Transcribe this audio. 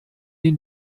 ihn